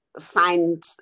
find